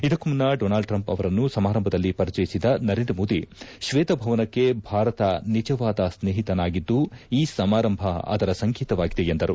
ಇದಕ್ಕೂ ಮುನ್ನ Donald Trump ಆವರನ್ನು ಸಮಾರಂಭದಲ್ಲಿ ಪರಿಚಯಿಸಿದ ನರೇಂದ್ರ ಮೋದಿ ಶ್ವೇತಭವನಕ್ಕೆ ಭಾರತ ನಿಜವಾದ ಸ್ನೇಹಿತನಾಗಿದ್ದು ಈ ಸಮಾರಂಭ ಅದರ ಸಂಕೇತವಾಗಿದೆ ಎಂದರು